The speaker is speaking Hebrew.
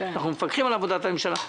ואנחנו מפקחים על עבודת הממשלה.